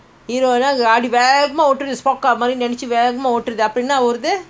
ஹீரோலாம்:வேகமாஓட்டறது நெனச்சிட்டுவேகமாஓட்டறதுஅப்றம்என்னாகுரது:herolaam vekama ottratha nenachittu vekama ottrathu apram ennakurathu